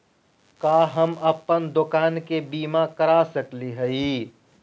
का हम अप्पन दुकान के बीमा करा सकली हई?